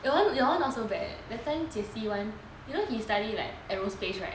your [one] not so bad leh that time jie xi [one] you know he study like aerospace right